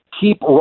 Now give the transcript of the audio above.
keep